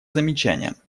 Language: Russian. замечанием